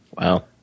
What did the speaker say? Wow